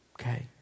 Okay